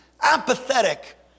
apathetic